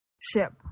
ship